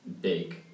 big